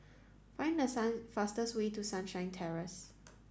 find the sun fastest way to Sunshine Terrace